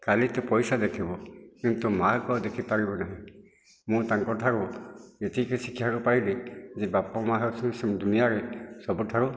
କାଲି ତୁ ପଇସା ଦେଖିବୁ କିନ୍ତୁ ମା'କୁ ଆଉ ଦେଖିପାରିବୁ ନାହିଁ ମୁଁ ତାଙ୍କଠାରୁ ଏତିକି ଶିକ୍ଷା ପାଇଲି ଯେ ବାପ ମା' ହେଉଛନ୍ତି ଦୁନିଆଁରେ ସବୁଠାରୁ